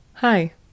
Hi